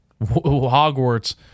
Hogwarts